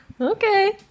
Okay